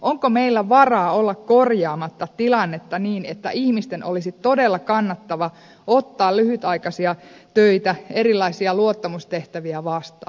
onko meillä varaa olla korjaamatta tilannetta niin että ihmisten olisi todella kannattavaa ottaa lyhytaikaisia töitä erilaisia luottamustehtäviä vastaan